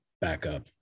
backup